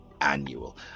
annual